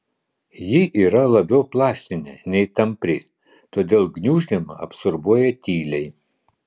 ji yra labiau plastinė nei tampri todėl gniuždymą absorbuoja tyliai